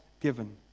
given